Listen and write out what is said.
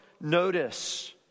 notice